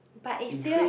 but is still